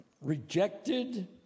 rejected